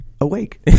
awake